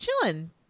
chilling